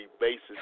basis